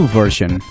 version